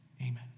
Amen